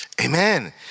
Amen